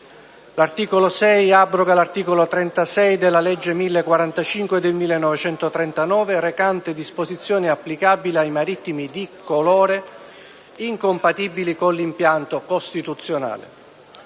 L'articolo 6 abroga l'articolo 36 della legge n. 1045 del 1939, recante disposizioni applicabili ai marittimi di colore, incompatibili con l'impianto costituzionale.